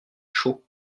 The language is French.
chaud